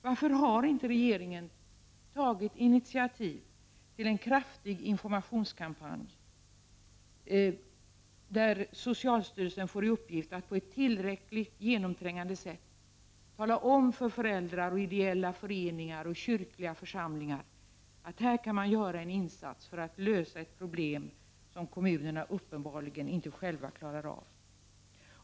Varför har regeringen inte tagit initiativ till en kraftig informationskampanj som innebär att socialstyrelsen får i uppgift att på ett tillräckligt genomträngande sätt tala om för föräldrar, ideella föreningar och kyrkliga församlingar att dessa kan göra en insats för att lösa ett problem som kommunerna uppenbarligen inte själva klarar av.